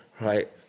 right